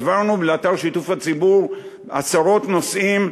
העברנו לאתר שיתוף הציבור עשרות נושאים,